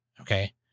Okay